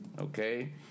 okay